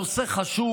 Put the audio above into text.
הנושא חשוב.